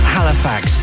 Halifax